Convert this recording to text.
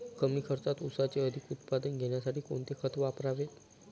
कमी खर्चात ऊसाचे अधिक उत्पादन घेण्यासाठी कोणते खत वापरावे?